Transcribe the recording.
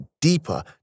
deeper